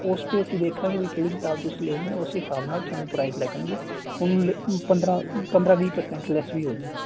ਉਸ 'ਤੇ ਅਸੀਂ ਦੇਖਾਂਗੇ ਵੀ ਕਿਹੜੀ ਕਿਤਾਬ ਤੁਸੀਂ ਲੈਣੀ ਆ ਉਸ ਹਿਸਾਬ ਨਾਲ ਤੁਹਾਨੂੰ ਪ੍ਰਾਈਜ ਲੱਗਣਗੇ ਤੁਹਾਨੂੰ ਪੰਦਰਾਂ ਪੰਦਰਾਂ ਵੀਹ ਪ੍ਰਸੈਂਟ ਲੈਸ ਵੀ ਹੋਜੂਗਾ